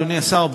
אדוני השר,